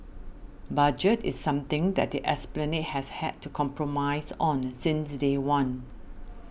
budget is something that the Esplanade has had to compromise on since day one